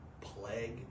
plague